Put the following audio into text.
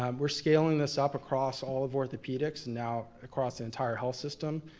um we're scaling this up across all of orthopedics, and now across the entire health system.